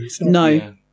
No